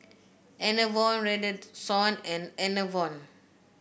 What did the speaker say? Enervon Redoxon and Enervon